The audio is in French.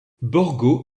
borgo